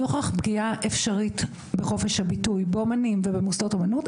נוכח פגיעה אפשרית בחופש הביטוי באומנים ובמוסדות אומנות,